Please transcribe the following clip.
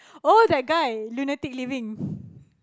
oh that guy lunatic living